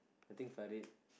I think Farid